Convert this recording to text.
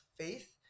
faith